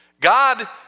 God